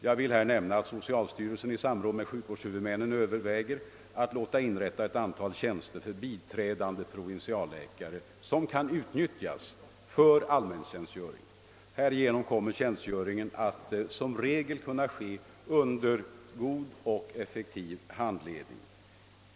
Jag vill nämna att socialstyrelsen i samråd med sjukvårdshuvudmännen överväger att låta inrätta ett antal tjänster för biträdande provinsialläkare, som kan utnyttjas för allmäntjänstgöring. Härigenom kommer tjänstgöringen som regel att kunna fullgöras under god och effektiv handledning.